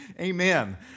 Amen